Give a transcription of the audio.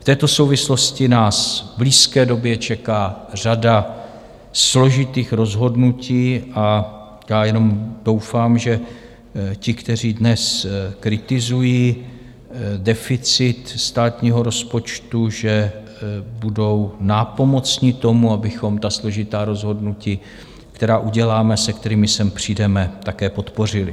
V této souvislosti nás v blízké době čeká řada složitých rozhodnutí a já jenom doufám, že ti, kteří dnes kritizují deficit státního rozpočtu, že budou nápomocni tomu, abychom složitá rozhodnutí, která uděláme a se kterými sem přijdeme, také podpořili.